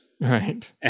Right